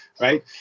right